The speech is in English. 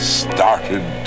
started